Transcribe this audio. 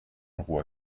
ruhr